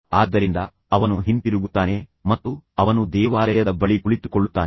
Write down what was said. ಆದ್ದರಿಂದ ಅವನು ಹಿಂತಿರುಗುತ್ತಾನೆ ಮತ್ತು ನಂತರ ಅವನು ದೇವಾಲಯದ ಬಳಿ ಕುಳಿತುಕೊಳ್ಳುತ್ತಾನೆ